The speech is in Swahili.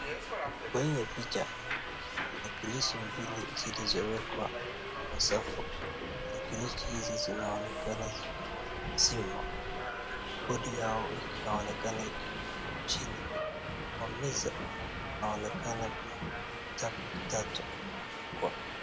Kwenye picha, tarakilishi mbili zilizowekwa kwa safu . Tarakilishi hizi zinaonekana zikiwa zimezimwa , keyboard yao ikonekana ikiwa chini ,kwa meza kunaonekana pia kuna vitabu vitatu zimewekwa.